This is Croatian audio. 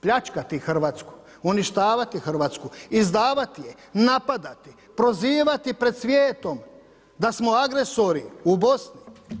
Pljačkati Hrvatsku, uništavati Hrvatsku, izdavati je, napadati, prozivati pred svijetom da smo agresori u Bosni.